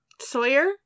Sawyer